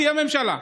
תהיה ממשלה.